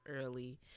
early